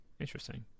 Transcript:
interesting